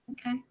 Okay